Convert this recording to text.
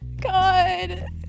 God